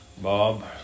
Bob